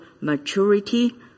maturity